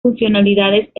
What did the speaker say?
funcionalidades